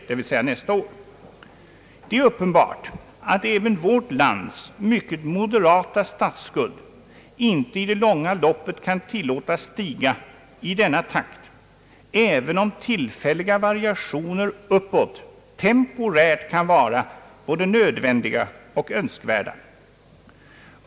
Det är uppenbart att inte ens vårt lands mycket moderata statsskuld i det långa loppet kan tillåtas stiga i denna takt, även om tillfälliga variationer uppåt temporärt kan vara både nödvändiga och önskvärda.